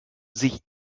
sich